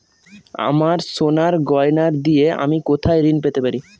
আমার সোনার গয়নার দিয়ে আমি কোথায় ঋণ পেতে পারি?